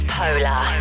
polar